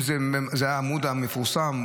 זה היה עמוד מפורסם,